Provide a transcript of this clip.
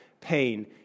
pain